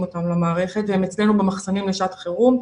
אותן למערכת והן אצלנו במחסנים לשעת חירום,